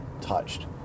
touched